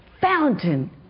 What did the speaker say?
fountain